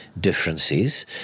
differences